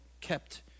kept